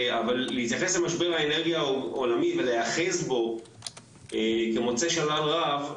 אבל להתייחס למשבר האנרגיה העולמי ולהיאחז בו כמוצא שלל רב,